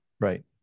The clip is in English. Right